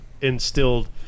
instilled